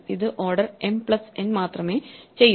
ഇത് order m n മാത്രമേ ചെയ്യൂ